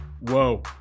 Whoa